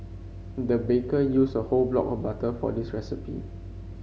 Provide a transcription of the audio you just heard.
the baker used a whole block of butter for this recipe